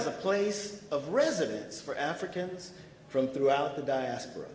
as a place of residence for africans from throughout the diaspora